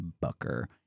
Bucker